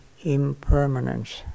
impermanence